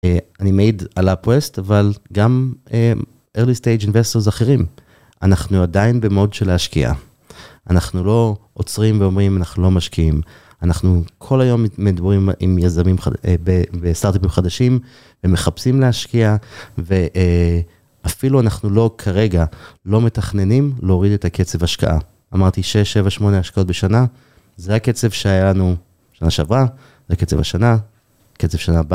אני מעיד על ה-up-west, אבל גם early stage investors אחרים, אנחנו עדיין במוד של להשקיע. אנחנו לא עוצרים ואומרים, אנחנו לא משקיעים. אנחנו כל היום מדברים עם יזמים וסטארט-אפים חדשים, ומחפשים להשקיעה, ואפילו אנחנו לא כרגע, לא מתכננים להוריד את הקצב ההשקעה. אמרתי, 6-7-8 השקעות בשנה, זה הקצב שהיה לנו בשנה שעברה, זה הקצב השנה, קצב שנה הבאה.